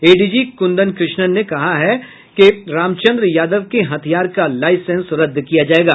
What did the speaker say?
ADG Kundan Krishnan ने कहा है कि रामचंद्र यादव के हथियार का लाईसेंस रद्द किया जायेगा